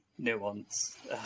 nuance